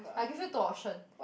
I give you two option